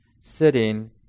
sitting